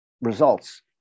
results